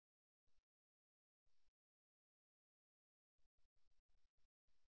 இது சைகைகள் மற்றும் தோரணைகள் மூலம் காட்டப்படும்